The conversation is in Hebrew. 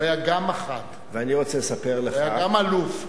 הוא היה גם מח"ט, הוא היה גם אלוף.